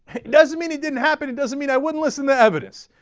doesn't mean it didn't happen it doesn't mean i wouldn't listen to evidence.